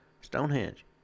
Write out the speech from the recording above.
Stonehenge